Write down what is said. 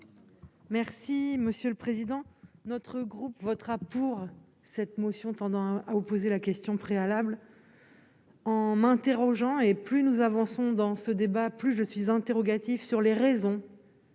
Merci monsieur le président, notre groupe votera pour cette motion tendant à opposer la question préalable. En m'interrogeant et plus nous avançons dans ce débat, plus je suis interrogatif sur les raisons